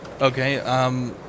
Okay